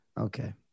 Okay